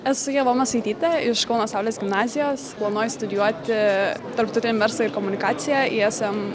esu ieva masaitytė iš kauno saulės gimnazijos planuoju studijuoti tarptautinį verslą ir komunikaciją ism